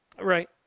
Right